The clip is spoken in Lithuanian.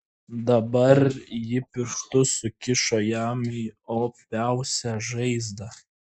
dabar ji pirštus sukišo jam į opiausią žaizdą